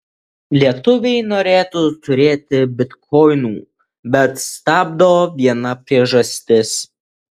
lietuviai norėtų turėti bitkoinų bet stabdo viena priežastis